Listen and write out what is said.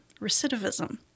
recidivism